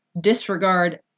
disregard